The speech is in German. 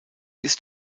ist